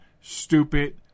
stupid